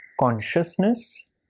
consciousness